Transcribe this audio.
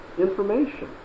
information